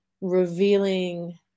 revealing